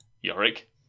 Yorick